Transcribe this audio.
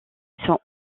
sont